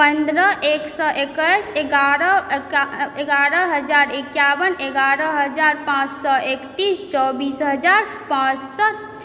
पन्द्रह एक सए एकैस एगारह एगारह हजार एकाबन एगारह पाँच सए एकतीस चौबीस हजार पाँच सए